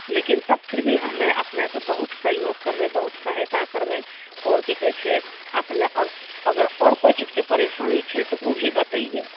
लेकिन तब फिर भी हमे अपनेके बहुत सहयोग करबै बहुत सहायता करबै आओर की कहै छै अपने अग अगर आओर कोइ चीजके परेशानी करबै तऽ ओ भी बतैयियै